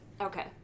Okay